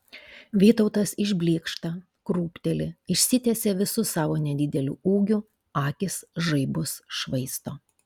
vytautas išblykšta krūpteli išsitiesia visu savo nedideliu ūgiu akys žaibus švaisto